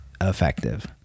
effective